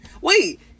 Wait